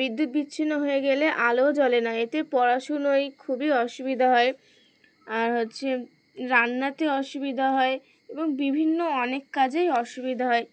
বিদ্যুৎ বিচ্ছিন্ন হয়ে গেলে আলোও জ্বলে না এতে পড়াশোনায় খুবই অসুবিধা হয় আর হচ্ছে রান্নাতে অসুবিধা হয় এবং বিভিন্ন অনেক কাজেই অসুবিধা হয়